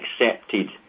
accepted